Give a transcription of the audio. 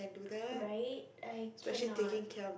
right I cannot